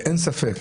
ואין ספק,